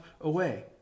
away